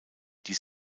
die